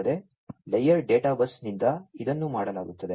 layered ಡೇಟಾಬಸ್ನಿಂದ ಇದನ್ನು ಮಾಡಲಾಗುತ್ತದೆ